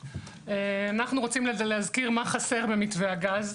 אנו רוצים להזכיר מה חסר במתווה הגז,